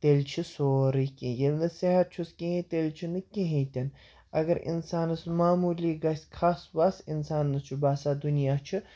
تیٚلہِ چھُ سورُے کیٚنٛہہ ییٚلہِ نہٕ صحت چھُس کِہیٖنٛۍ تیٚلہِ چھُنہٕ کِہیٖنٛۍ تہِ نہٕ اَگَر اِنسانَس معموٗلی گژھِ کھَس وَس اِنسانَس چھُ باسان دُنیا چھُ